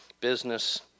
business